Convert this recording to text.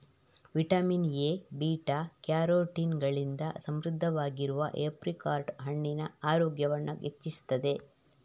vitamin A, beta carotene ಗಳಿಂದ ಸಮೃದ್ಧವಾಗಿರುವ apricot ಕಣ್ಣಿನ ಆರೋಗ್ಯವನ್ನ ಹೆಚ್ಚಿಸ್ತದೆ